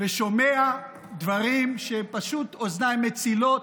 ושומע דברים שפשוט אוזניי תצילנה.